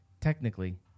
technically